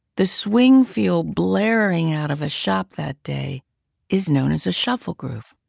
the swing-feel blaring out of a shop that day is known as a shuffle groove.